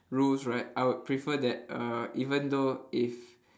rules right I would prefer that uh even though if